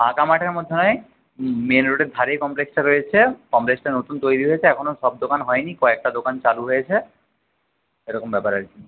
ফাঁকা মাঠের মধ্যে মানে মেন রোডের ধারে কমপ্লেক্সটা রয়েছে কমপ্লেক্সটা নতুন তৈরি হয়েছে এখনো সব দোকান হয়নি কয়েকটা দোকান চালু হয়েছে এরকম ব্যাপার আর কি